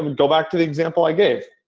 um and go back to the example i gave,